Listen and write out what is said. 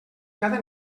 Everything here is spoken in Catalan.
cada